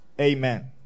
Amen